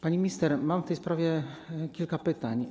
Pani minister, mam w tej sprawie kilka pytań.